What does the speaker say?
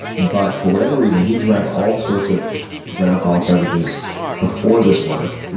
but for whatever reason, he drank all sorts of different alcoholic beverages before this work. and